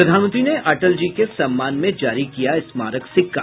प्रधानमंत्री ने अटल जी के सम्मान में जारी किया स्मारक सिक्का